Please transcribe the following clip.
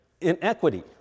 inequity